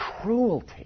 cruelty